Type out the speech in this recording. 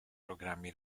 programmi